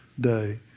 day